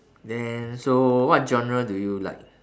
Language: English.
then so what genre do you like